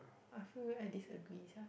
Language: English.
I feel I disagree sia